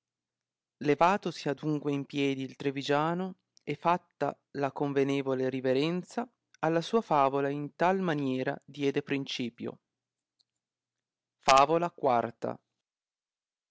levatosi adunque in piedi il trivigiano e fatta la convenevole riverenza alla sua favola in tal maniera diede principio favola